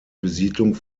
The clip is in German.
besiedlung